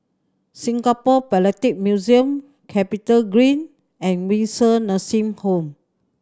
Singapore Philatelic Museum CapitaGreen and Windsor Nursing Home